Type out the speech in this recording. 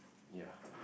ya